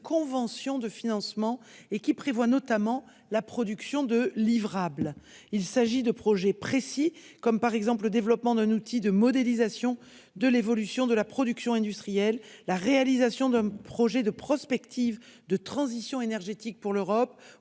conventions de financement et prévoient notamment la production de livrables. Il s'agit de projets précis, comme le développement d'un outil de modélisation de l'évolution de la production industrielle, la réalisation d'un projet de prospective de transition énergétique pour l'Europe ou